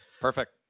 perfect